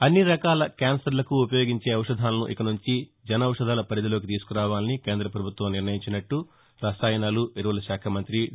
అన్ని రకాల క్యాన్నర్లకు ఉపయోగించే ఔషధాలను ఇకనుంచి జన ఔషధాల పరిధిలోకి తీసుకురావాలని కేంద్ర ప్రభుత్వం నిర్ణయించినట్లు రసాయనాలు ఎరువుల శాఖ మంత్రి డి